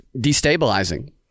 destabilizing